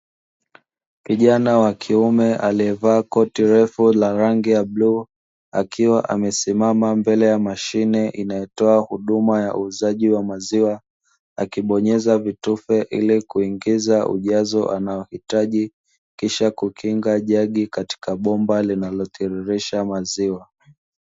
Kijana wa kiume aliyevaa koti refu la rangi ya bluu akiwa amesimama mbele ya mashine inayotoa huduma ya uuzaji wa maziwa, akibonyeza vitufe ile kuingiza ujazo anaohitaji kisha kukinga jagi katika bomba linalotiririsha maziwa.